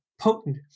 potent